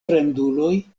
fremduloj